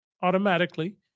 automatically